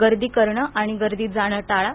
गर्दी करण आणि गर्दीत जाण टाळा